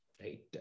right